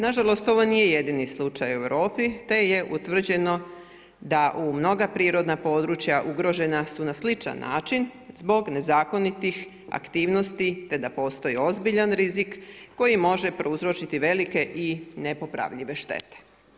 Na žalost ovo nije jedini slučaj u Europi, te je utvrđeno da u mnoga prirodna područja ugrožena su na sličan način zbog nezakonitih aktivnosti, te da postoji ozbiljan rizik koji može prouzročiti velike i nepopravljive štete.